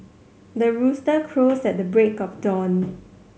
the rooster crows at the break of dawn